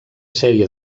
sèrie